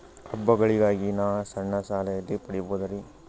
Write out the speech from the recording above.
ಹಬ್ಬಗಳಿಗಾಗಿ ನಾ ಸಣ್ಣ ಸಾಲ ಎಲ್ಲಿ ಪಡಿಬೋದರಿ?